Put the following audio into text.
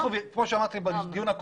כדי שכולם ירגישו שיש להם ייצוג.